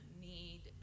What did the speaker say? need